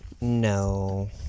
No